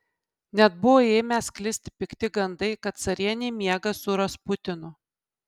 net buvo ėmę sklisti pikti gandai kad carienė miega su rasputinu